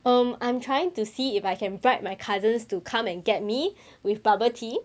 um I'm trying to see if I can write my cousins to come and get me with bubble tea